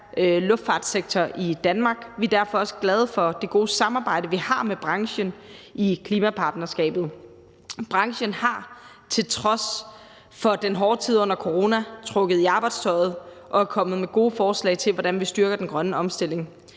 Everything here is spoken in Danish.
luftfartssektor i Danmark. Vi er derfor også glade for det gode samarbejde, vi har med branchen i klimapartnerskabet. Branchen har til trods for den hårde tid under corona trukket i arbejdstøjet og er kommet med gode forslag til, hvordan vi styrker den grønne omstilling.